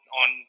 on